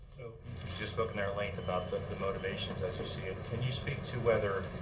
just spoke there at length about but the motivations, as you see it. can you speak to whether a